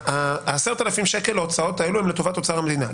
10,000 שקל הוצאות הם לטובת אוצר המדינה.